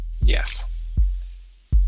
Yes